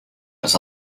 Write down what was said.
was